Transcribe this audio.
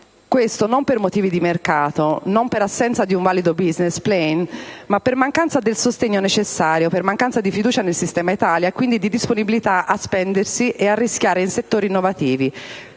questo non per motivi di mercato, non per assenza di un valido *business plan,* ma per mancanza del sostegno necessario, per mancanza di fiducia nel sistema Italia e quindi di disponibilità a spendersi e a rischiare in settori innovativi,